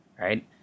right